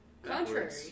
Contrary